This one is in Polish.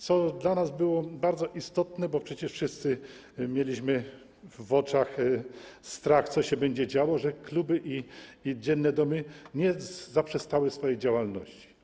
Co dla nas było bardzo istotne, bo przecież wszyscy mieliśmy w oczach strach o to, co się będzie działo, to to, żeby kluby i dzienne domy nie zaprzestały swojej działalności.